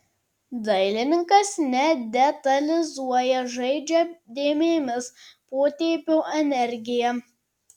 dailininkas nedetalizuoja žaidžia dėmėmis potėpio energija